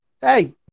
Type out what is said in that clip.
hey